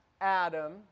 Adam